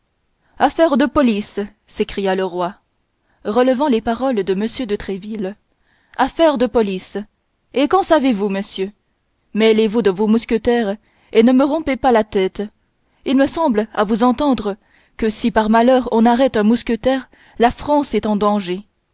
affaires de police s'écria le roi relevant les paroles de m de tréville affaires de police et qu'en savez-vous monsieur mêlez-vous de vos mousquetaires et ne me rompez pas la tête il semble à vous entendre que si par malheur on arrête un mousquetaire la france est en danger